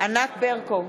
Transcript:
ענת ברקו,